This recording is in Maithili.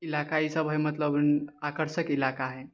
इलाका ई सभ हैय मतलब आकर्षक इलाका हैय